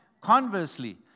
Conversely